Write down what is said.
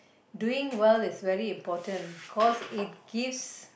doing well is very important cause it gives